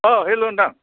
ओ हेल' नोंथां